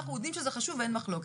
אנחנו יודעים שזה חשוב ואין מחלוקת.